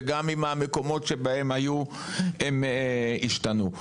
וגם אם המקומות שבהם היו הם השתנו.